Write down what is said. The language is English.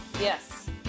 yes